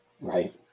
Right